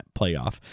playoff